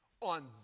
on